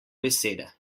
besede